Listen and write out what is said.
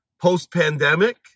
post-pandemic